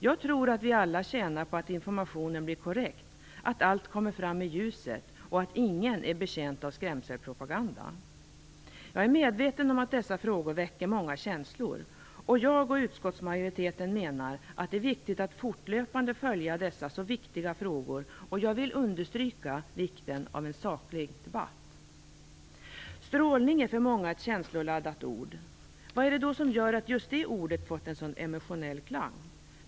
Jag tror att vi alla tjänar på att informationen blir korrekt och att allt kommer fram i ljuset, och jag tror inte att någon är betjänt av skrämselpropaganda. Jag är medveten om att dessa frågor väcker många känslor, och jag och utskottsmajoriteten menar att det är viktigt att fortlöpande följa dessa så viktiga frågor. Jag vill också understryka vikten av en saklig debatt. Strålning är för många ett känsloladdat ord. Vad är det då som gör att just det ordet fått en sådan emotionell klang?